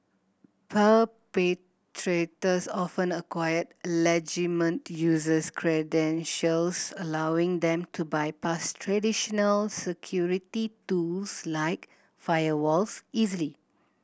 perpetrators often acquire users credentials allowing them to bypass traditional security tools like firewalls easily